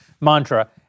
mantra